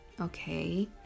Okay